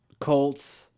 Colts